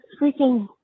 freaking